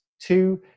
two